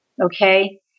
Okay